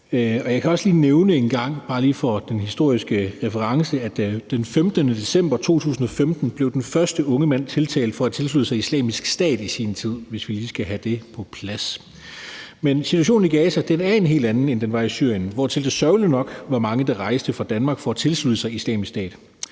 Jeg kan også lige nævne en gang, bare lige for den historiske references skyld, at den 15. december 2015 blev den første unge mand tiltalt for at tilslutte sig Islamisk Stat. Det er bare for at få det plads. Men situationen i Gaza er en helt anden, end den var i Syrien, hvortil mange sørgeligt nok rejste fra Danmark for at tilslutte sig Islamisk Stat.